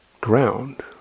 ground